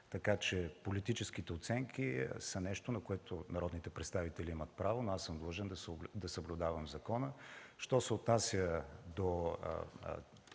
така че политическите оценки са нещо, на което народните представители имат право, но аз съм длъжен да съблюдавам закона. Що се отнася до